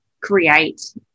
create